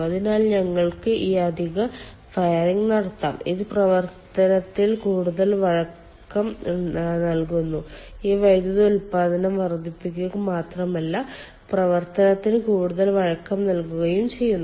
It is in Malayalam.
അതിനാൽ ഞങ്ങൾക്ക് ഈ അധിക ഫയറിംഗ് നടത്താം ഇത് പ്രവർത്തനത്തിൽ കൂടുതൽ വഴക്കം നൽകുന്നു ഇത് വൈദ്യുതി ഉൽപാദനം വർദ്ധിപ്പിക്കുക മാത്രമല്ല പ്രവർത്തനത്തിന് കൂടുതൽ വഴക്കം നൽകുകയും ചെയ്യുന്നു